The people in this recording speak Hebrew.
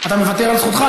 אתה מוותר על זכותך?